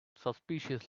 suspicious